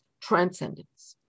transcendence